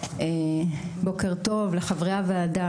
בוקר טוב לחברי הוועדה,